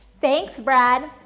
thanks brad.